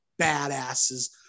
badasses